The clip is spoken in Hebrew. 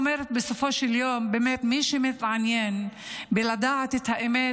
בסופו של יום אני אומרת שמי שמתעניין בלדעת את האמת,